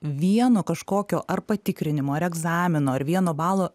vieno kažkokio ar patikrinimo ar egzamino ar vieno balo